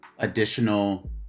additional